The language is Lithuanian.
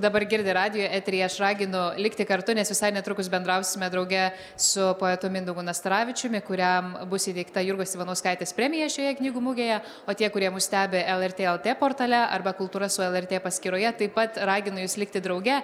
dabar girdi radijo eteryje aš raginu likti kartu nes visai netrukus bendrausime drauge su poetu mindaugu nastaravičiumi kuriam bus įteikta jurgos ivanauskaitės premija šioje knygų mugėje o tie kurie mus stebi lrt lt portale arba kultūra su lrt paskyroje taip pat raginu jus likti drauge